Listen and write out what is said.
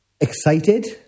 excited